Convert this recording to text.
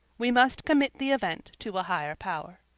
we must commit the event to a higher power.